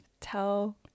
tell